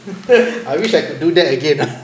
I wish I could do that again ah